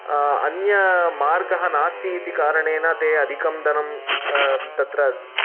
अन्य मार्गः नास्ति इति कारणेन ते अधिकं धनं तत्र